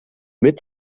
mit